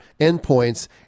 endpoints